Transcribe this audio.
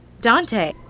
Dante